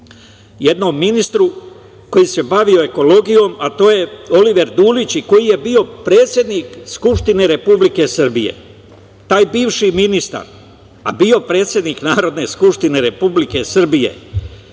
jednom ministru koji se bavio ekologijom, a to je Oliver Dulić koji je bio predsednik Skupštine Republike Srbije. Taj bivši ministar, a bio je predsednik Narodne skupštine Republike Srbije,